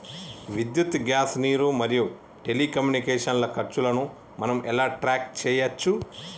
విద్యుత్ గ్యాస్ నీరు మరియు టెలికమ్యూనికేషన్ల ఖర్చులను మనం ఎలా ట్రాక్ చేయచ్చు?